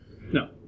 No